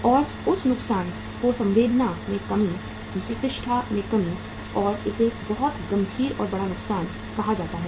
और उस नुकसान को सद्भावना में कमी प्रतिष्ठा में कमी और इसे बहुत गंभीर और बड़ा नुकसान कहा जाता है